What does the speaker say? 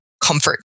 comfort